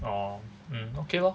orh mm okay lor